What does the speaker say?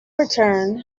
return